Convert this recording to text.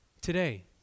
today